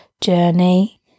journey